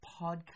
podcast